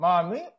Mommy